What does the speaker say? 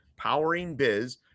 poweringbiz